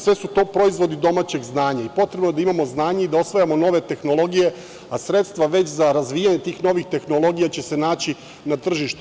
Sve su to proizvodi domaćeg znanja i potrebno je da imamo znanje i da osvajamo nove tehnologije, a sredstva za razvijanje tih novih tehnologija će se naći na tržištu.